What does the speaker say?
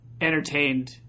entertained